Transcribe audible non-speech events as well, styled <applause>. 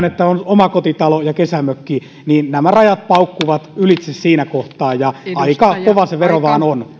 <unintelligible> että on omakotitalo ja kesämökki niin rajat paukkuvat ylitse siinä kohtaa ja aika kova se vero vaan on